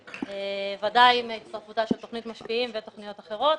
ודאי עם הצטרפותה של תוכנית משפיעים ותוכניות אחרות,